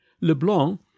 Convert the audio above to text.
Leblanc